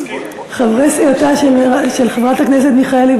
חברי סיעתה של חברת הכנסת מיכאלי,